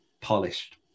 polished